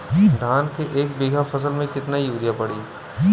धान के एक बिघा फसल मे कितना यूरिया पड़ी?